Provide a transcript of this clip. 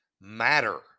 matter